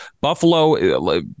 Buffalo